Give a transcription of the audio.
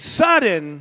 sudden